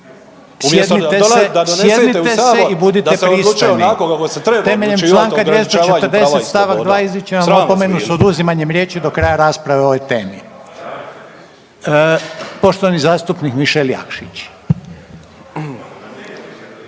ne razumije se./... Temeljem čl. 240 st. 2 izričem vam opomenu s oduzimanjem riječi do kraja rasprave o ovoj temi. Poštovani zastupnik Mišel Jakšić.